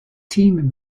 team